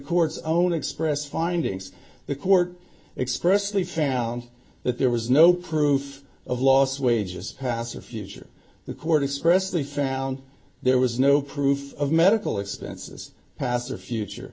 court's own express findings the court expressed they found that there was no proof of lost wages pasa future the court express they found there was no proof of medical expenses past or future